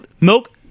milk